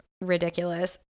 ridiculous